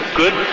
good